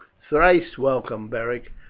thrice welcome, beric!